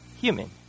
human